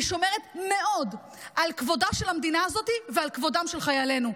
אני שומרת מאוד על כבודה של המדינה הזאת ועל כבודם של חיילנו.